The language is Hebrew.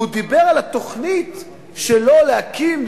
והוא דיבר על התוכנית שלו להקים,